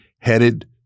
headed